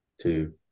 two